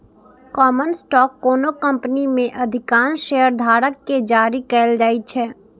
common stock कोनो company मे अधिकांश शेयरधारक कें जारी कैल जाइ छै